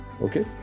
Okay